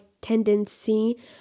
tendency